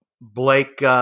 Blake